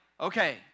okay